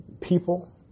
people